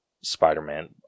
Spider-Man